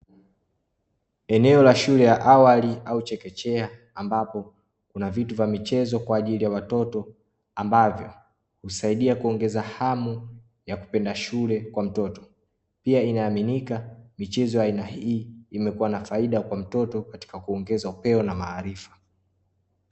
Eneo la shule ya awali au chekechea, ambapo kuna vitu vya michezo kwa ajili ya watoto ambavyo husaidia kuongeza hamu ya kupenda shule kwa mtoto, pia inaaminika michezo ya aina hii imekuwa na faida kwa mtoto katika kuongeza upeo na maarifa.